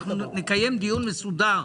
אנחנו נקיים דיון מסודר,